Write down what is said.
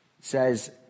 says